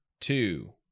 two